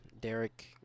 Derek